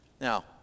Now